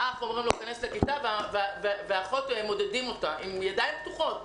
לאח אומרים להיכנס לכיתה ואילו את האחות מודדים עם ידיים פתוחות.